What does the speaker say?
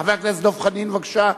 חבר הכנסת דב חנין, בבקשה.